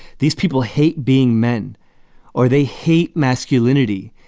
these people hate being men or they hate masculinity,